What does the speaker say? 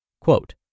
Quote